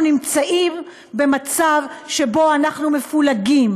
אנחנו נמצאים במצב שבו אנחנו מפולגים